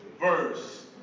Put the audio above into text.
verse